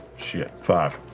shit, five.